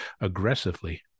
aggressively